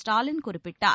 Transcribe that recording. ஸ்டாலின் குறிப்பிட்டார்